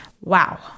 Wow